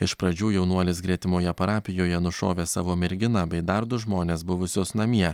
iš pradžių jaunuolis gretimoje parapijoje nušovė savo merginą bei dar du žmones buvusius namie